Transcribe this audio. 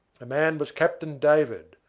the man was captain david,